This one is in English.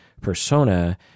persona